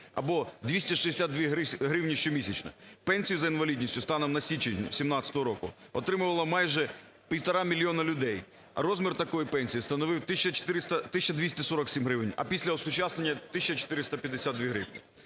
або 262 гривні щомісячно. Пенсію за інвалідністю станом на січень 2017 року отримало майже півтора мільйони людей, а розмір такої пенсії становив 1400… 1247 гривень, а після осучаснення – 1452 гривні.